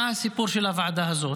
מה הסיפור של הוועדה הזאת.